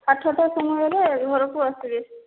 ଆଠଟା ସମୟରେ ଘରକୁ ଆସିବେ